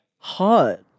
Hot